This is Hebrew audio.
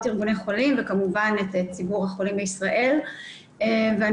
ארגוני החולים וכמובן את ציבור החולים בישראל ואני